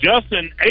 Justin